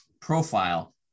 profile